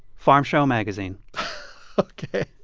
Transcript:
farm show magazine ok.